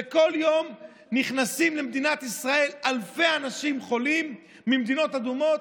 וכל יום נכנסים למדינת ישראל אלפי אנשים חולים ממדינות אדומות,